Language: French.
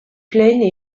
pleines